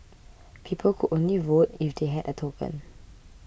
people could only vote if they had a token